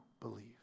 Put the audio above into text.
believe